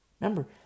Remember